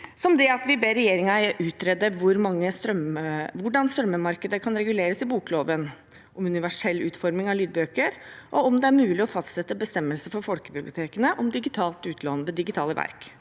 vi ber regjeringen utrede hvordan strømmemarkedet kan reguleres i bokloven, utrede universell utforming av lydbøker og utrede om det er mulig å fastsette bestemmelser for folkebibliotekene om digitalt utlån av digitale verk.